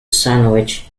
sandwich